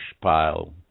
pile